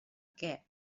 que